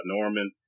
Norman